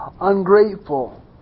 ungrateful